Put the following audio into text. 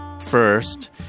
first